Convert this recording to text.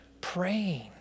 praying